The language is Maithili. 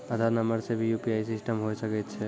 आधार नंबर से भी यु.पी.आई सिस्टम होय सकैय छै?